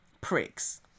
pricks